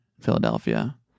Philadelphia